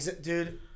Dude